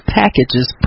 packages